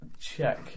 check